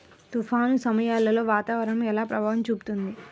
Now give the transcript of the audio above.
తుఫాను సమయాలలో వాతావరణం ఎలా ప్రభావం చూపుతుంది?